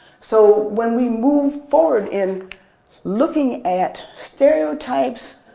so when we move forward in looking at stereotypes,